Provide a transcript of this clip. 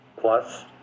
plus